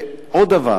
עוד דבר,